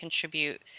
contribute